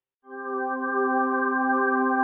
her